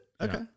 okay